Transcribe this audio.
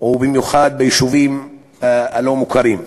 ובמיוחד ביישובים הלא-מוכרים.